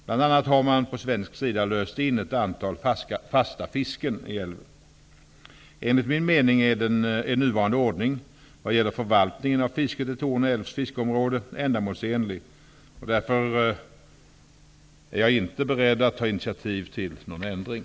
Bl.a. har man på svensk sida löst in ett antal fasta fisken i älven. Enligt min mening är nuvarande ordning vad gäller förvaltningen av fisket i Torne älvs fiskeområde ändamålsenlig. Därför är jag inte beredd att ta initiativ till någon ändring.